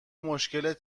مشکلت